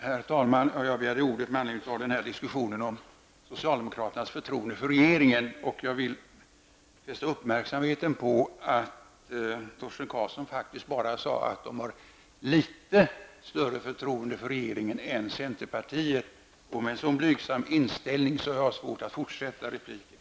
Herr talman! Jag begärde ordet med anledning av diskussionen om socialdemokraternas förtroende för regeringen. Jag vill fästa uppmärksamheten på att Torsten Karlsson faktiskt sade att socialdemokraterna har ''litet större förtroende'' för regeringen än centerpartiet. Med en så blygsam inställning hos socialdemokraterna har jag svårt att fortsätta repliken.